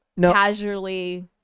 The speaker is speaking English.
casually